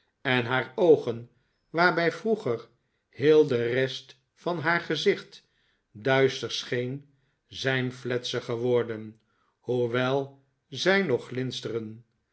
en haar oogen waarbij vroeger heel de rest van haar gezicht duister scheen zijn fletser geworden hoewel zij nog